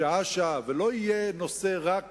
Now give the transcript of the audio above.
שעה-שעה, ולא יהיה נושא רק